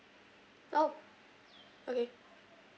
oh okay